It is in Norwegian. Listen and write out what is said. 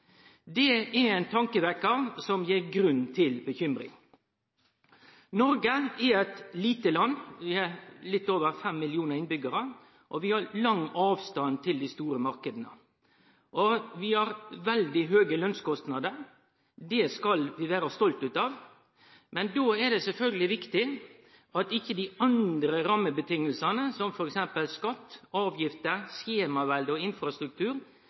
Det er ein tankevekkjar som gir grunn til uro. Noreg er eit lite land, vi er litt over fem millionar innbyggjarar, og vi har lang avstand til dei store marknadene. Vi har veldig høge lønskostnader, det skal vi vere stolte av. Men då er det sjølvsagt viktig at dei andre rammevilkåra, som f.eks. skatt, avgifter, skjemavelde og infrastruktur,